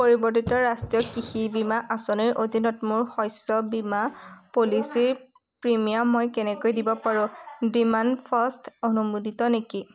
পৰিৱৰ্তিত ৰাষ্ট্ৰীয় কৃষি বীমা আঁচনিৰ অধীনত মোৰ শস্য বীমা পলিচীৰ প্ৰিমিয়াম মই কেনেকৈ দিব পাৰোঁ ডিমাণ্ড ফাষ্ট অনুমোদিত নেকি